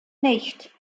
nicht